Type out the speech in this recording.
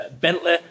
Bentley